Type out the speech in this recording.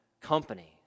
company